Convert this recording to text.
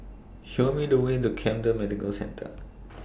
Show Me The Way to Camden Medical Centre